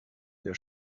der